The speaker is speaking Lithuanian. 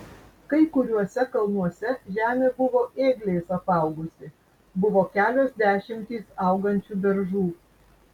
kai kuriuose kalnuose žemė buvo ėgliais apaugusi buvo kelios dešimtys augančių beržų